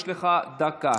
יש לך דקה.